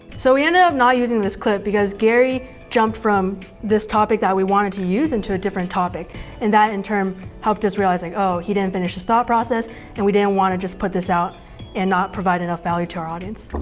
so we ended up not using this clip because gary jumped from this topic that we wanted to use into a different topic and that in turn helped us realize like oh, he didn't finish his thought process and we didn't want to just put this out and not provide enough value to our audience.